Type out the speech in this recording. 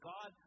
God